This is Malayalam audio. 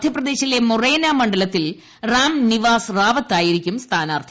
മധ്യപ്രദേശിലെ മൊറേന മണ്ഡലത്തിൽ റാംനിവാസ് റാവത്തായിരിക്കും സ്ഥാനാർത്ഥി